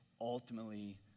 ultimately